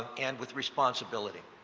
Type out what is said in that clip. and with responsibility.